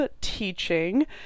teaching